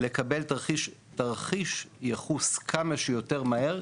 לקבל תרחיש ייחוס כמה שיותר מהר,